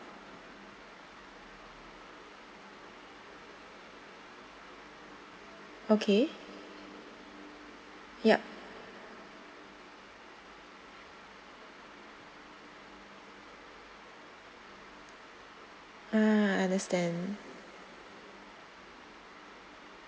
okay yup ah I understand